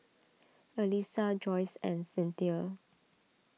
Alysa Joyce and Cynthia